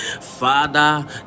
Father